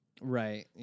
Right